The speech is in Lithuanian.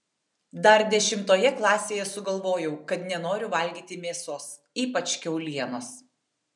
dar dešimtoje klasėje sugalvojau kad nenoriu valgyti mėsos ypač kiaulienos